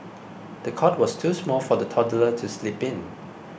the cot was too small for the toddler to sleep in